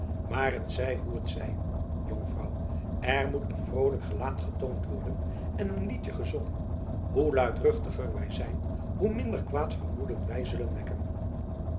maar t zij hoe t zij jonkvrouw er moet een vroolijk gelaat getoond worden en een liedje gezongen hoe luidruchtiger wij zijn hoe minder kwaad vermoeden wij zullen wekken